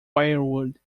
firewood